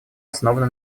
основаны